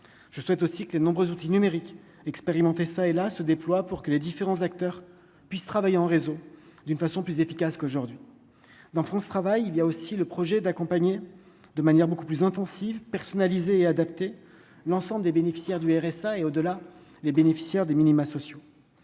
je souhaite aussi que les nombreux outils numériques expérimenté ça et là, se déploient pour que les différents acteurs puisse travailler en réseau, d'une façon plus efficace qu'aujourd'hui dans France travail il y a aussi le projet d'accompagner de manière beaucoup plus intensive personnalisée et adaptée, l'ensemble des bénéficiaires du RSA et au-delà les bénéficiaires des minima sociaux,